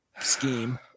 scheme